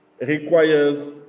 requires